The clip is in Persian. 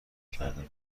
کردم